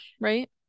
right